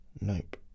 Nope